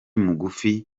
mugufi